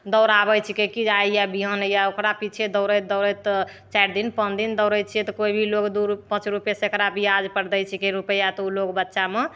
दौड़ाबै छिकै की आइ अबिहे बिहान अइहे ओकरा पीछे दौड़ैत दौड़ैत चारि दिन पाँच दिन दौड़ैत छियै तऽ केओ भी लोग दू पाँच सैकड़ा ब्याज पर दै छिकै रूपैआ तऽ ओ लोग बच्चामे